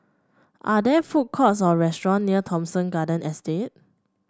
are there food courts or restaurant near Thomson Garden Estate